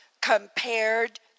compared